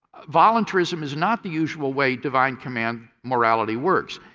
voluntarism is not the usual way divine command morality works.